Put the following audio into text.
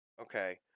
Okay